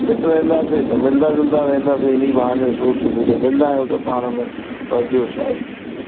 fit रहंदासीं त मिलंदा जुलदा रहंदासीं इन ई बहाने रोज़ु सुबुह जो मिलंदा आहियूं सभु पाण में बसि ॿियो छा आहे